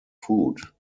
food